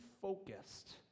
focused